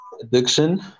addiction